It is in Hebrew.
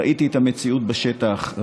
ראיתי את המציאות בשטח,